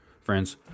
friends